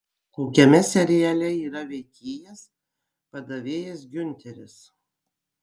kokiame seriale yra veikėjas padavėjas giunteris